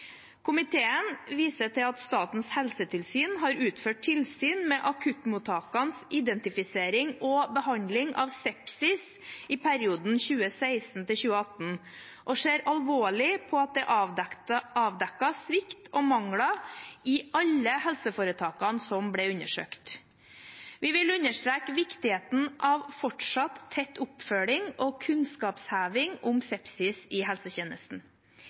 Komiteen viser til at Statens helsetilsyn har utført tilsyn med akuttmottakenes identifisering og behandling av sepsis i perioden 2016–2018, og ser alvorlig på at det er avdekket svikt og mangler i alle helseforetakene som ble undersøkt. Vi vil understreke viktigheten av fortsatt tett oppfølging og kunnskapsheving om sepsis i helsetjenesten.